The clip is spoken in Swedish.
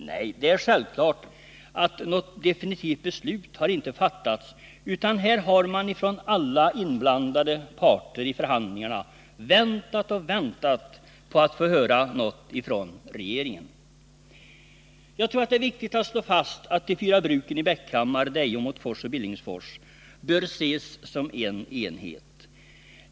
Nej, det är självklart att något definitivt beslut har inte fattats — alla i förhandlingarna inblandade parter har ju väntat och väntat på att få höra något från regeringen. Det är viktigt att slå fast, att de fyra bruken i Bäckhammar, Deje, Åmotfors och Billingsfors bör ses som en enhet.